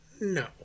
No